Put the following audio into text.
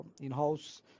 in-house